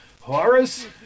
Horace